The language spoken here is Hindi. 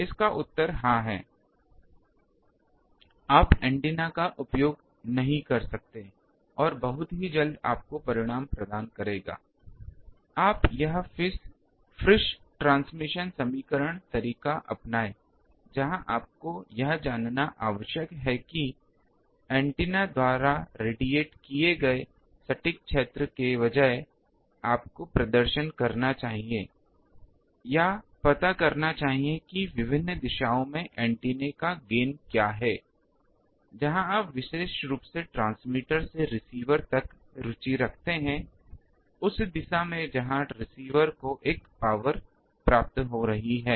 इसका उत्तर हाँ है आप एंटीना का उपयोग लगभग कर सकते हैं और बहुत जल्द ही आपको परिणाम प्रदान करेगा आप यह फ्रिस ट्रांसमिशन समीकरण तरीका अपनाएं जहाँ आपको यह जानना आवश्यक है कि ऐन्टेना द्वारा विकीर्ण किए गए सटीक क्षेत्र के बजाय आपको प्रदर्शन करना चाहिए या पता करना चाहिए कि विभिन्न दिशाओं में एंटीना का गेन क्या है जहां आप विशेष रूप से ट्रांसमीटर से रिसीवर तक रुचि रखते हैं उस दिशा में जहां रिसीवर को एक पावर प्राप्त हो रही है